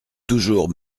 toujours